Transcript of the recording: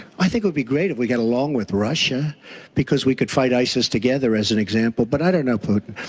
i think it would be great if we got along with russia because we could fight isis together, as an example, but i don't know putin.